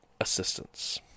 assistance